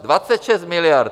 Dvacet šest miliard!